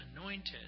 anointed